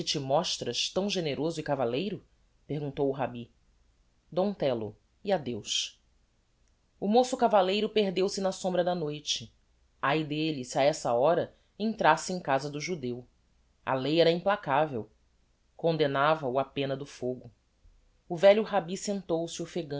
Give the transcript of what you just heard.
mostras tão generoso e cavalleiro perguntou o rabbi dom tello e adeos o moço cavalleiro perdeu-se na sombra da noite ai d'elle se a essa hora entrasse em casa do judeu a lei era implacavel condemnava o á pena do fogo o velho rabbi sentou-se